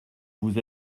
vous